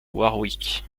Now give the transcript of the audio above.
warwick